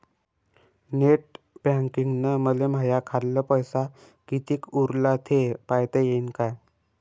Net बँकिंगनं मले माह्या खाल्ल पैसा कितीक उरला थे पायता यीन काय?